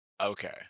Okay